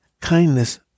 Kindness